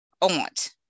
aunt